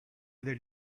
other